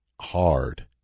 hard